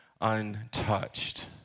untouched